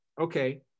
okay